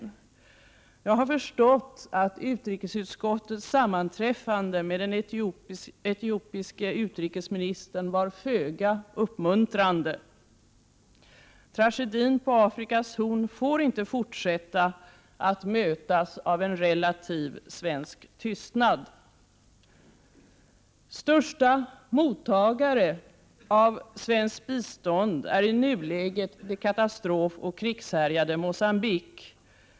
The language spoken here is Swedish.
Jag har förstått att utrikesutskottets sammanträffande med den etiopiske utrikesministern var föga uppmuntrande. Tragedin på Afrikas Horn får inte fortsätta att mötas av en relativ svensk tystnad. Största mottagare av svenskt bistånd är i nuläget det katastrofoch krigshärjade Mogambique.